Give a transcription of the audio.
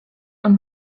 und